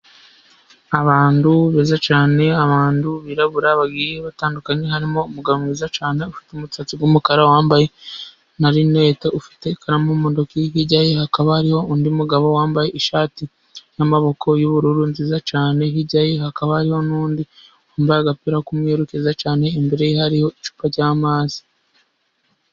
Abantu beza cyane ,abantu birabura bagiye batandukanye, harimo umugabo mwiza cyane ufite umusatsi w'umukara, wambaye na lunete, ufite ikaramu mu ntoki ,hirya hakaba hariho undi mugabo wambaye ishati y'amaboko y'ubururu nziza cyane, hirya hakaba hariho n'undi wambaye agapira k'umweru keza cyane ,imbere ye hariho icupa ry'amazi.